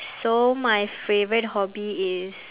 so my favourite hobby is